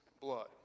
blood